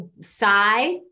sigh